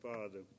Father